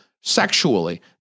sexually